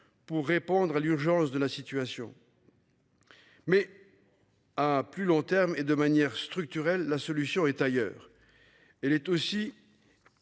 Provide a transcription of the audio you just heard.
pour répondre à l'urgence de la situation. Mais. À plus long terme et de manière structurelle la solution est ailleurs. Elle est aussi.